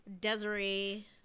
Desiree